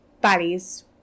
bodies